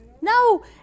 No